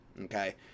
okay